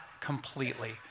completely